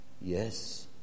yes